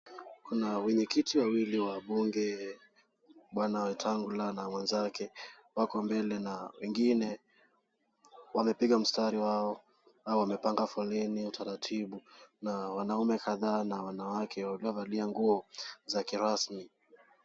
Kuna wenyeketi wawili wa bunge bwana Wetangula na mwenzake wako mbele na wengine wamepiga mstari wao na wamepanga laini utaratibu na wanaume kadhaa na wanawake waliovalia nguo za kirasmi.